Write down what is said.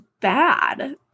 bad